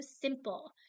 simple